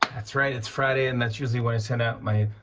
that's right it's friday, and that's usually when i send out my